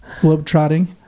Globe-trotting